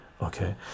okay